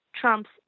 trumps